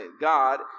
God